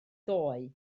ddoe